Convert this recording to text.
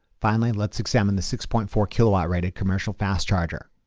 finally, let's examine the six point four kilowatts rated commercial fast charger.